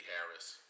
Harris